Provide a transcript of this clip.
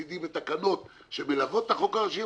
מצדי בתקנות שמלוות את החוק הראשי,